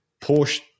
porsche